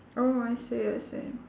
oh I see I see